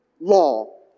law